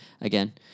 again